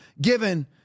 given